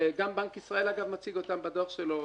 וגם בנק ישראל מציג אותם בדוח שלו,